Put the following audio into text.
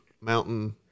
mountain